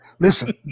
Listen